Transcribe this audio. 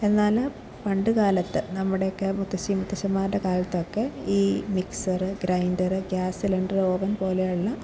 എന്നാൽ പണ്ടു കാലത്ത് നമ്മുടെയൊക്കെ മുത്തശ്ശി മുത്തശ്ശന്മാരുടെ കാലത്തൊക്കെ ഈ mixer grinder gas cylinder oven പോലെയുള്ള